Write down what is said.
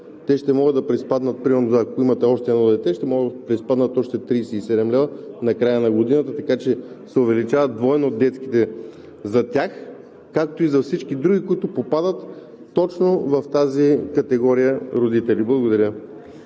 им се приспаднат примерно, ако имат още едно дете, още 37 лв. накрая на годината, така че се увеличават двойно детските за тях, както и за всички други, които попадат точно в тази категория родители. Благодаря.